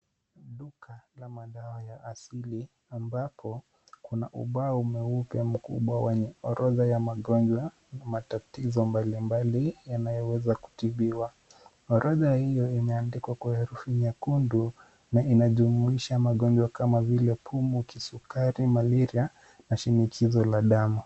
Duka la madawa ya asili ambapo kuna ubao mweupe mkubwa wenye orodha ya magonjwa na matatizo mbalimbali yanayoweza kutibiwa. Orodha hiyo imeandikwa kwa herufi nyekundu na inajumuisha magonjwa kama vile pumu, kisukari, malaria na shinikizo la damu.